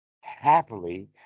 happily